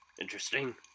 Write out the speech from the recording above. interesting